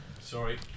Sorry